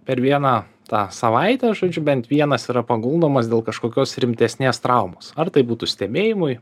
per vieną tą savaitę žodžiu bent vienas yra paguldomas dėl kažkokios rimtesnės traumos ar tai būtų stebėjimui